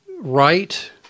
right